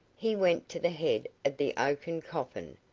he went to the head of the oaken coffin,